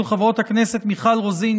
של חברות הכנסת מיכל רוזין,